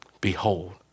behold